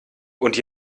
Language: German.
und